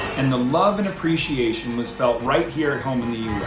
and the love and appreciation was felt right here at home in the